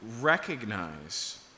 recognize